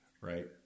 right